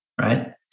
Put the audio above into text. right